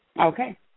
Okay